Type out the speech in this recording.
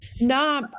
No